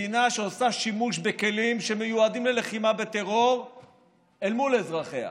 מדינה שעושה שימוש בכלים שמיועדים ללחימה בטרור אל מול אזרחיה,